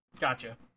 Gotcha